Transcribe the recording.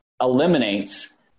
eliminates